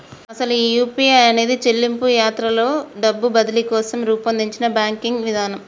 అసలు ఈ యూ.పీ.ఐ అనేది చెల్లింపు యాత్రలో డబ్బు బదిలీ కోసం రూపొందించిన బ్యాంకింగ్ విధానం